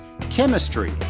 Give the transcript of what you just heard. chemistry